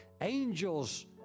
Angels